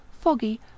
foggy